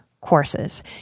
courses